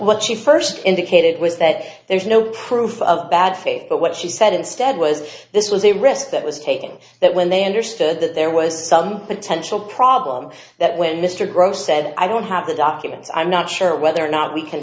what she first indicated was that there's no proof of bad faith what she said instead was this was a risk that was taking that when they understood that there was some potential problem that when mr gross said i don't have the documents i'm not sure whether or not we can